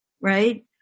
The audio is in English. right